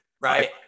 Right